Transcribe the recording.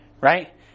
right